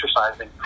exercising